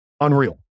Unreal